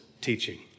teaching